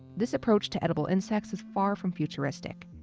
this approach to edible insects is far from futuristic,